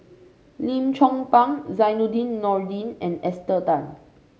Lim Chong Pang Zainudin Nordin and Esther Tan